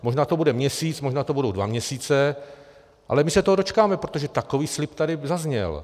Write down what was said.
Možná to bude měsíc, možná to budou dva měsíce, ale my se toho dočkáme, protože takový slib tady zazněl.